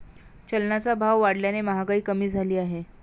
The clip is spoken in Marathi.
चलनाचा भाव वाढल्याने महागाई कमी झाली आहे